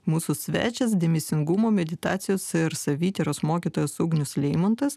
mūsų svečias dėmesingumo meditacijos ir savityros mokytojas ugnius leimontas